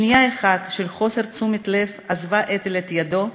בשנייה אחת של חוסר תשומת לב עזבה אתל את ידו,